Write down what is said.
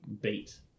beat